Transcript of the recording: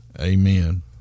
Amen